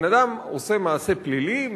בן-אדם עושה מעשה פלילי,